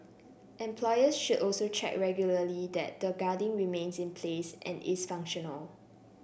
employers should also check regularly that the guarding remains in place and is functional